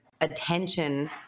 attention